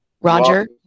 Roger